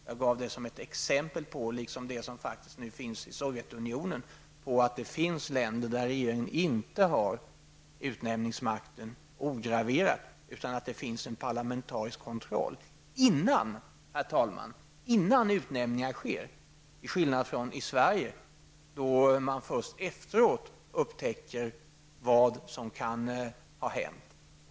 Jag gav det som ett exempel på, liksom det som faktiskt nu finns i Sovjetunionen, att det finns länder där regeringen inte har utnämningsmakten ograverad, utan att det finns en parlamentarisk kontroll innan utnämningen sker, herr talman, till skillnad från i Sverige. Här upptäcker man först efteråt vad som kan ha hänt.